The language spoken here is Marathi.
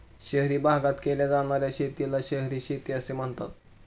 शहरी भागात केल्या जाणार्या शेतीला शहरी शेती असे म्हणतात